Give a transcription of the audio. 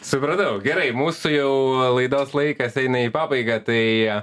supratau gerai mūsų jau laidos laikas eina į pabaigą tai